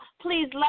Please